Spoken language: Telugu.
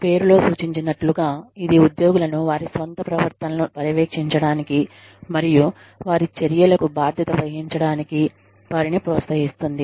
పేరు లో సూచించినట్లుగా ఇది ఉద్యోగులను వారి స్వంత ప్రవర్తనలను పర్యవేక్షించడానికి మరియు వారి చర్యలకు బాధ్యత వహించడానికి వారిని ప్రోత్సహిస్తుంది